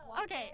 Okay